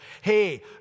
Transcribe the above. hey